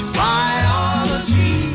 biology